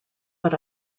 but